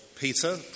Peter